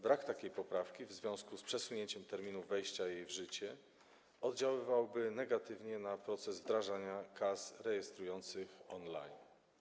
Brak takiej poprawki w związku z przesunięciem terminów wejścia w życie ustawy oddziaływałby negatywnie na proces wdrażania kas rejestrujących online.